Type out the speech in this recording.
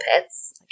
pits